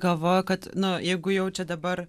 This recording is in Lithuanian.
galvoju kad na jeigu jaučia dabar